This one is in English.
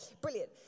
Brilliant